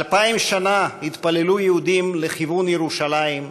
אלפיים שנה התפללו יהודים לכיוון ירושלים,